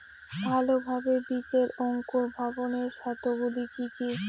ভালোভাবে বীজের অঙ্কুর ভবনের শর্ত গুলি কি কি?